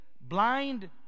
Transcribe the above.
blind